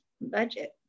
budget